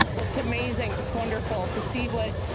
it's amazing. it's wonderful to see what.